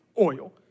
oil